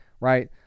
right